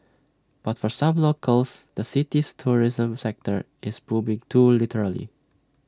but for some locals the city's tourism sector is booming too literally